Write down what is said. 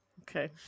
Okay